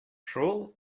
шул